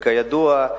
כידוע,